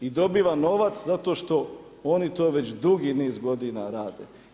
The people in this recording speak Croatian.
I dobiva novac zato što oni to već dugi niz godina rade.